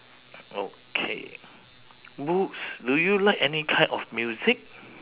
okay books do you like any kind of music